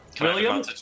William